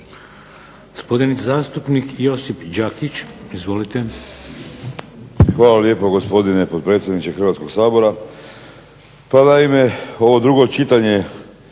Gospodin zastupnik Josip Đakić. Izvolite. **Đakić, Josip (HDZ)** Hvala lijepa gospodine potpredsjedniče Hrvatskog sabora. Pa naime ovo drugo čitanje